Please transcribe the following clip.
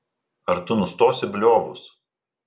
ar tu nustosi bliovus